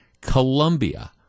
Colombia